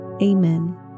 Amen